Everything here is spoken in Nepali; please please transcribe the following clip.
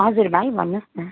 हजुर भाइ भन्नुहोस् न